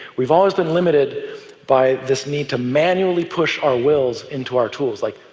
we've always been limited by this need to manually push our wills into our tools like,